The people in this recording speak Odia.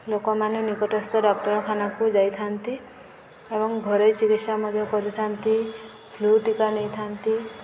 ଲୋକମାନେ ନିକଟସ୍ଥ ଡାକ୍ଟରଖାନାକୁ ଯାଇଥାନ୍ତି ଏବଂ ଘରୋଇ ଚିକିତ୍ସା ମଧ୍ୟ କରିଥାନ୍ତି ଫ୍ଲୁ ଟୀକା ନେଇଥାନ୍ତି